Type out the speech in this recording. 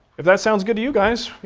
if that sounds good to you guys,